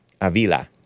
Avila